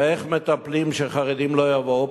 ואיך מטפלים שחרדים לא יבואו?